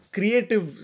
creative